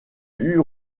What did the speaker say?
eut